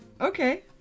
okay